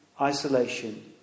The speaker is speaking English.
isolation